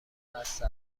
اسب